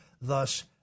thus